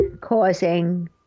causing